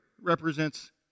represents